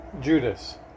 Judas